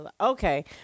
okay